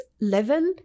level